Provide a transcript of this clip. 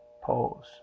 Pause